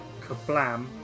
Kablam